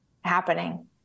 happening